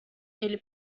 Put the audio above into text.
ele